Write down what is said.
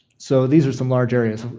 so, these are some large areas,